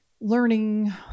learning